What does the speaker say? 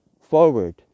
forward